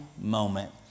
moment